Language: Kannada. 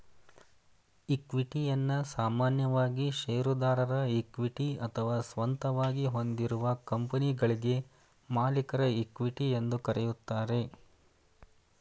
ಇಕ್ವಿಟಿಯನ್ನ ಸಾಮಾನ್ಯವಾಗಿ ಶೇರುದಾರರ ಇಕ್ವಿಟಿ ಅಥವಾ ಸ್ವಂತವಾಗಿ ಹೊಂದಿರುವ ಕಂಪನಿಗಳ್ಗೆ ಮಾಲೀಕರ ಇಕ್ವಿಟಿ ಎಂದು ಕರೆಯುತ್ತಾರೆ